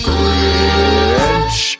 Grinch